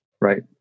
Right